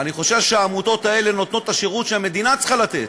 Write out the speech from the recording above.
אני חושב שהעמותות האלה נותנות את השירות שהמדינה צריכה לתת,